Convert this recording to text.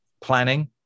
planning